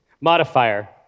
Modifier